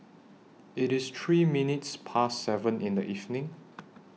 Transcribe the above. IT IS three minutes Past seven in The evening